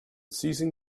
seizing